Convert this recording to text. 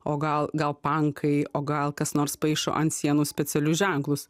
o gal gal pankai o gal kas nors paišo ant sienų specialius ženklus